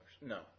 No